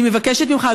אני מבקשת ממך,